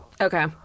Okay